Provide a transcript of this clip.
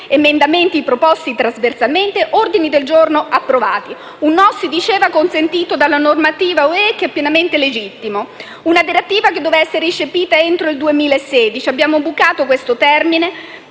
emendamenti proposti trasversalmente e gli ordini del giorno approvati. Un no, si diceva, «consentito dalla normativa UE, che è pienamente legittimo». Una direttiva, che doveva essere recepita entro il 2016. Abbiamo bucato questo termine